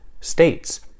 states